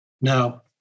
Now